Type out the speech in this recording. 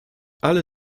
alle